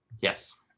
Yes